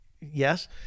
Yes